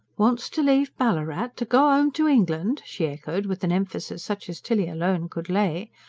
wants to leave ballarat? to go home to england? she echoed, with an emphasis such as tilly alone could lay.